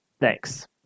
Thanks